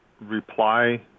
reply